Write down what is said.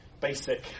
basic